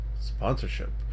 sponsorship